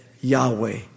Yahweh